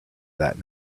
that